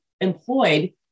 employed